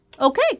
Okay